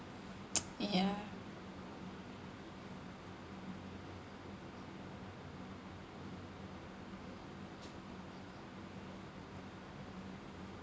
ya